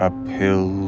Uphill